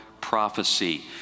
prophecy